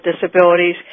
disabilities